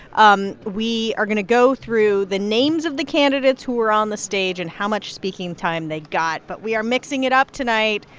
um we are going to go through the names of the candidates who are on the stage and how much speaking time they got. but we are mixing it up tonight.